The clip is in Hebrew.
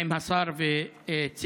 עם השר וצוותו,